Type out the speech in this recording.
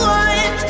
one